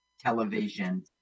television